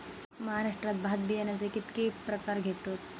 महाराष्ट्रात भात बियाण्याचे कीतके प्रकार घेतत?